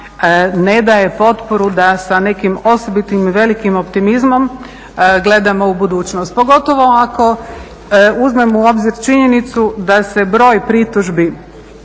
ne daje potporu da sa nekim osobitim i velikim optimizmom gledamo u budućnost pogotovo ako uzmemo u obzir činjenicu da se broj pritužbi,